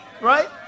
Right